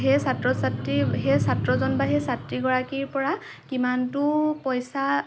সেই ছাত্ৰ ছাত্ৰী সেই ছাত্ৰজন বা সেই ছাত্ৰীগৰাকীৰ পৰা কিমানটো পইচা